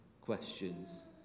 questions